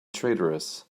traitorous